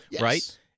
right